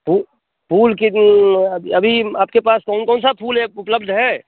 फू फूल की जो अभी आपके पास कौन कौन सा फूल है उपलब्ध है